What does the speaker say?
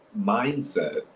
mindset